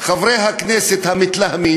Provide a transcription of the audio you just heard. חברי הכנסת המתלהמים,